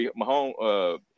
Mahomes